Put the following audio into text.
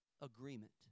agreement